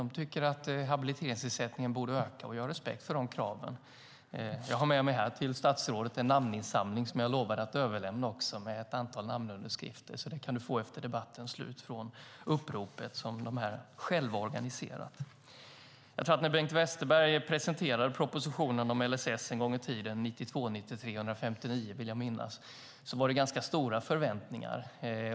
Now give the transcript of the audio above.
De tycker att habiliteringsersättningen borde öka, och jag har respekt för deras krav. Jag har här med mig en namninsamling med ett antal underskrifter från uppropet, som de själva organiserat, som jag lovade att överlämna till statsrådet, så den kan du få efter debattens slut. Jag tror att när Bengt Westerberg presenterade propositionen om LSS en gång i tiden, 1992/93:159 vill jag minnas, var det ganska höga förväntningar.